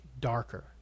darker